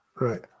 right